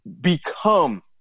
become